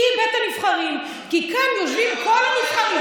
כי היא בית הנבחרים, כי כאן יושבים כל הנבחרים.